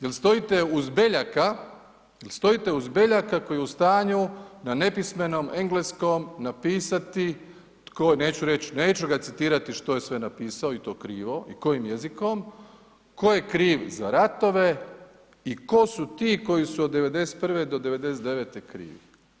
Je li stojite uz Beljaka, je li stojite uz Beljaka koji je u stanju na nepismenom engleskom napisati tko, neću reći, neću ga citirati što je sve napisao i to krivo i kojim jezikom, tko je kriv za ratove i tko su ti koji su od 91.-99. krivi?